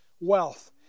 wealth